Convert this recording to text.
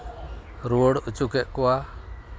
ᱨᱩᱣᱟᱹᱲ ᱦᱚᱪᱚ ᱠᱮᱫ ᱠᱚᱣᱟ